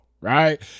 right